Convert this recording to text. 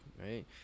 right